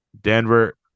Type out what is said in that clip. denver